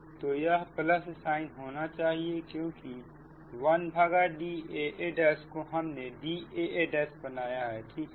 तो यह plus sign क्योंकि 1Daa को हमने Daaबनाया है ठीक है